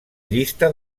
llista